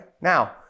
Now